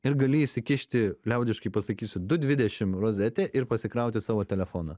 ir gali įsikišti liaudiškai pasakysiu du dvidešim rozetę ir pasikrauti savo telefoną